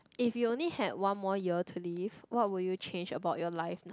if you only had one more year to live what will you change about your life now